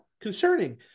concerning